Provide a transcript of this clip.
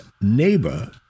neighbor